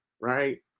right